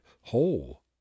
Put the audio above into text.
whole